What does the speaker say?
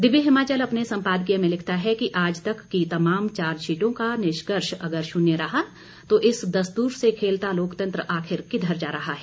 दिव्य हिमाचल अपने संपादकीय में लिखता है कि आज तक की तमाम चार्जशीटों का निष्कर्ष अगर शून्य रहा तो इस दस्तूर से खेलता लोकतंत्र आखिर किधर जा रहा है